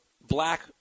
black